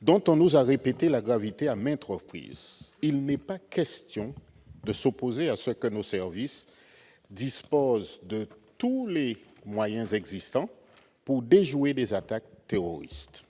dont on nous a répété la gravité à maintes reprises, il n'est pas question de s'opposer à ce que nos services disposent de tous les moyens existants pour déjouer des attaques terroristes.